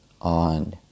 on